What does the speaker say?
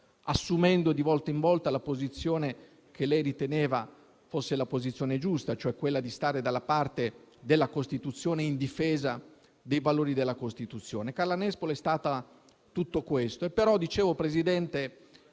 assumendo di volta in volta la posizione che lei riteneva fosse quella giusta, cioè quella di stare dalla parte della Costituzione e in difesa dei suoi valori. Carla Nespolo è stata tutto questo.